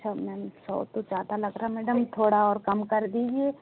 अच्छा मैम सौ तो ज़्यादा लग रहा मैडम थोड़ा और कम कर दीजिए